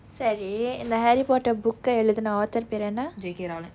சரி இந்த:sari intha harry potter book எழுதுன:eluthuna author பெயர் என்ன:peyar enna